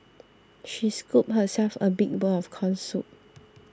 she scooped herself a big bowl of Corn Soup